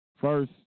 First